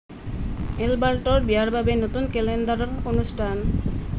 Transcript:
এলবাৰ্টৰ বিয়াৰ বাবে নতুন কেলেণ্ডাৰত অনুষ্ঠান